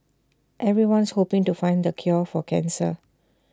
everyone's hoping to find the cure for cancer